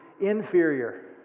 inferior